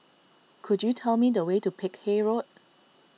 could you tell me the way to Peck Hay Road